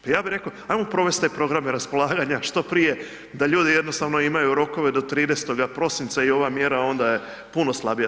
Pa ja bi reko, ajmo provesti te programe raspolaganja što prije da ljudi jednostavno imaju rokove do 30. prosinca i ova mjera onda je puno slabija.